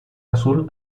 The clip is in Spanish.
azul